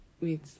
Wait